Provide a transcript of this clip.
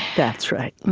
that's right.